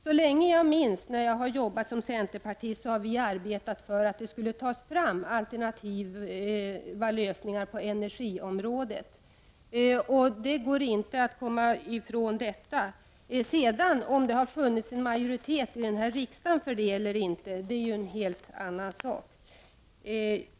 Så länge jag minns från tiden som centerpartist har vi arbetat för att det skulle tas fram alternativa lösningar på energiområdet. Det kan man inte komma ifrån. Om det sedan har funnits en majoritet i riksdagen för detta eller inte är ju en helt annan sak.